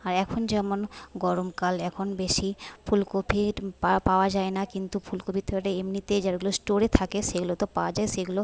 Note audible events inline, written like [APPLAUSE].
আর এখন যেমন গরমকাল এখন বেশি ফুলকপির পাওয়া পাওয়া যায় না কিন্তু ফুলকপি [UNINTELLIGIBLE] এমনিতে যেগুলো স্টোরে থাকে সেগুলো তো পাওয়া যায় সেগুলো